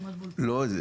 לא,